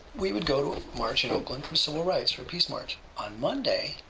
we would go to a march in oakland for civil rights, for a peace march. on monday,